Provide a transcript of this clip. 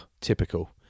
typical